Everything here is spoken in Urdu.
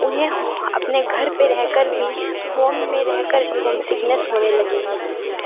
انہیں اپنے گھر پہ رہ کر بھی ہوم میں رہ کر بھی ہوم سکنیس ہونے لگی